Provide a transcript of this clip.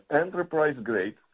enterprise-grade